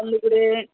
लुगडे